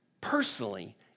personally